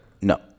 No